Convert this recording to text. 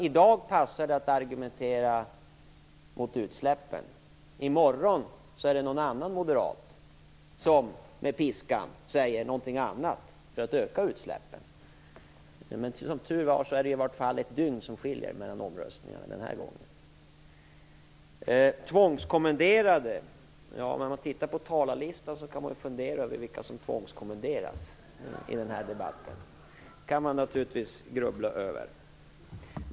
I dag passar det att argumentera mot utsläppen, i morgon är det någon annan moderat som under piskan säger någonting annat för att utsläppen skall ökas. Som tur är, är det i vart fall ett dygn som skiljer mellan omröstningarna. Mikael Odenberg talade om tvångskommenderingar. Ja, när man tittar på talarlistan kan man ju fundera över vilka det är som har tvångskommenderats till den här debatten. Det kan man naturligtvis grubbla över.